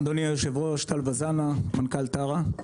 טל וזנה, מנכ"ל טרה.